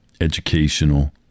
educational